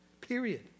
Period